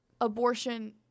abortion